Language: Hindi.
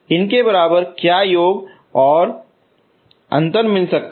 आपके बराबर क्या योग और अंतर मिल सकता है